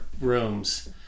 rooms